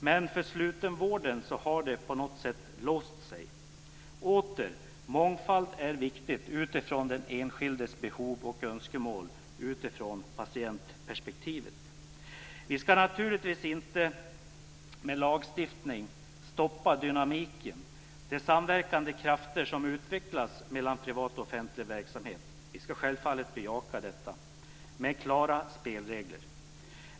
Men för slutenvården har det på något sätt låst sig. Återigen, mångfald är viktigt utifrån den enskildes behov och önskemål och utifrån patientperspektivet. Vi ska naturligtvis inte med lagstiftning stoppa dynamiken, de samverkande krafter som utvecklas mellan privat och offentlig verksamhet. Vi ska självfallet bejaka detta med klara spelregler.